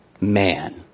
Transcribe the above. man